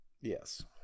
Yes